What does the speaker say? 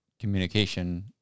communication